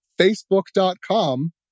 Facebook.com